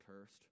cursed